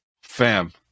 Fam